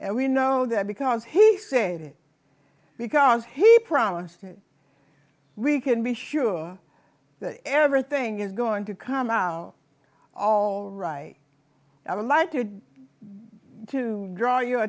and we know that because he said it because he promised it we can be sure that everything is going to come out all right i would like you to draw your